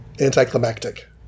Anticlimactic